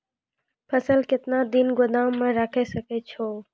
फसल केतना दिन गोदाम मे राखै सकै छौ?